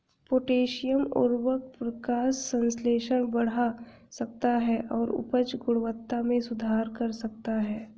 potassium उवर्रक प्रकाश संश्लेषण बढ़ा सकता है और उपज गुणवत्ता में सुधार कर सकता है